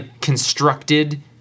constructed